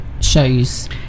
shows